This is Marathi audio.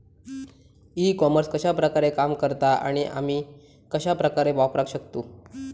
ई कॉमर्स कश्या प्रकारे काम करता आणि आमी कश्या प्रकारे वापराक शकतू?